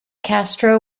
castro